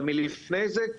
אבל מלפני זה,